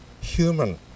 human